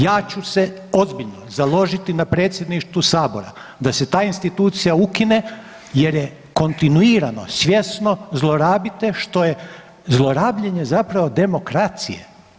Ja ću se ozbiljno založiti na Predsjedništvu Sabora da se ta institucija ukine jer je kontinuirano, svjesno zlorabite što je zlorabljenje zapravo demokracije.